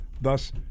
thus